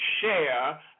share